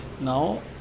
now